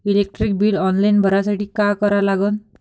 Electric bill online भरासाठी का करा लागन?